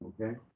Okay